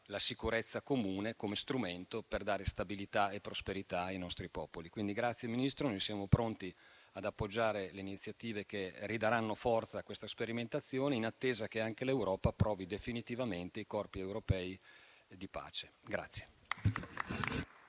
la sicurezza comune come strumento per dare stabilità e prosperità ai nostri popoli. Grazie Ministro, noi siamo pronti ad appoggiare le iniziative che ridaranno forza a questa sperimentazione in attesa che anche l'Europa approvi definitivamente i corpi europei di pace.